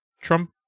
trump